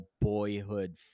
boyhood